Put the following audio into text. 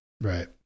Right